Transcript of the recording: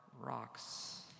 rocks